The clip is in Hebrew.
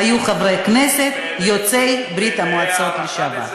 היו חברי כנסת יוצאי ברית המועצות לשעבר.